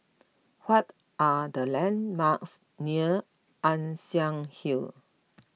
what are the landmarks near Ann Siang Hill